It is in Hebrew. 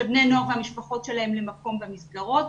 בני נוער והמשפחות שלהם למקום במסגרות.